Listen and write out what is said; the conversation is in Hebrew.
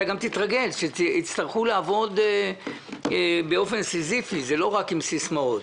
יצטרכו לעבוד באופן סיזיפי, לא רק עם סיסמאות.